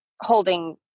holding